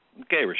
Okay